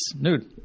Nude